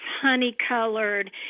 honey-colored